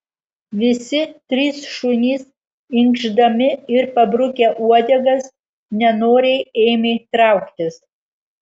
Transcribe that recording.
visi trys šunys inkšdami ir pabrukę uodegas nenoriai ėmė trauktis